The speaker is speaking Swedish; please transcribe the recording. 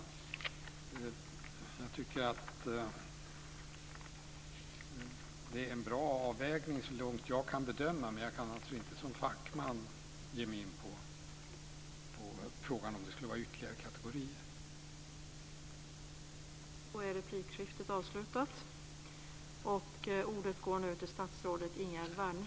Jag tycker att det är en bra avvägning så långt jag kan bedöma, men jag kan alltså inte som fackman ge mig in på frågan om huruvida det skulle vara ytterligare kategorier.